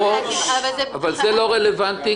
אבל זה לא רלוונטי.